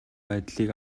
байдлыг